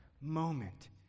moment